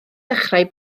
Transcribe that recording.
dechrau